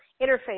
interface